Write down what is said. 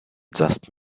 just